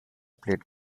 played